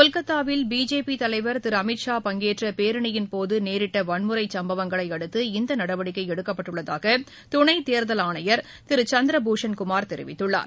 கொல்கத்தாவில் பிஜேபி தலைவர் திரு அமித் ஷா பங்கேற்ற பேரணியின்போது நேரிட்ட வன்முறை சும்பவங்களை அடுத்து இந்த நடவடிக்கை எடுக்கப்பட்டுள்ளதாக துணை தேர்தல் ஆணையர் திரு சந்திர பூஷன் குமார் தெரிவித்துள்ளார்